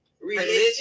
religion